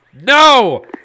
No